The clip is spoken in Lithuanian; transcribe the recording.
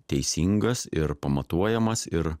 teisingas ir pamatuojamas ir